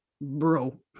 bro